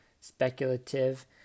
speculative